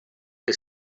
que